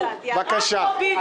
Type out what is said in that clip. רק לא ביבי.